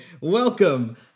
welcome